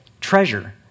treasure